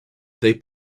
they